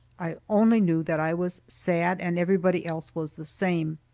i only knew that i was sad, and everybody else was the same.